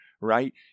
right